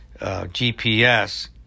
GPS